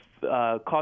cost